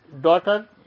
daughter